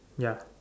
ya